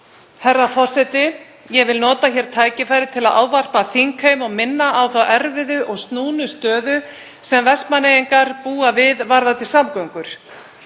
Herra forseti. Ég vil nota hér tækifærið til að ávarpa þingheim og minna á þá erfiðu og snúnu stöðu sem Vestmannaeyingar búa við varðandi samgöngur.